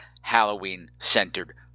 Halloween-centered